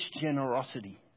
generosity